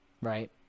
right